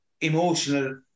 emotional